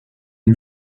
une